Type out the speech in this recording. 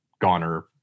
goner